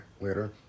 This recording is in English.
later